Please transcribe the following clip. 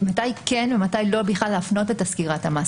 מתי כן ומתי לא בכלל להפנות את תסקיר ההתאמה,